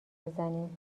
بزنیم